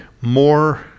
more